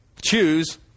Choose